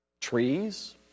trees